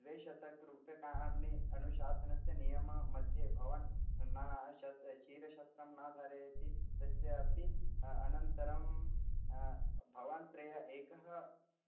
द्विशतं रूप्यकाणि अनुशासनस्य नियममध्ये भवान् न शस् शिरस्त्रं न धारयति तस्य अपि अनन्तरं भवान् त्रयः एका